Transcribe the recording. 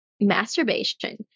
masturbation